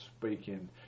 speaking